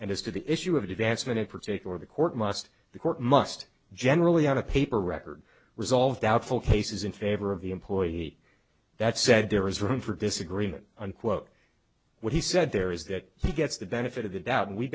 and as to the issue of advancement in particular the court must the court must generally have a paper record resolve doubtful cases in favor of the employee that said there is room for disagreement unquote what he said there is that he gets the benefit of the doubt and we